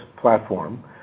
platform